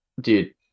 Dude